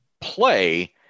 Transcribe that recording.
play